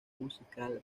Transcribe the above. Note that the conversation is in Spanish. musical